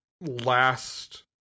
last